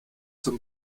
zum